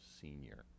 senior